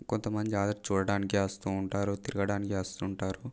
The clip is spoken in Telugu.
కొంతమంది జాతర చూడడానికి వస్తూ ఉంటారు తిరగటానికి వస్తుంటారు